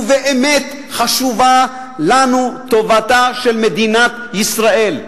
ובאמת חשובה לנו טובתה של מדינת ישראל.